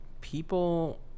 people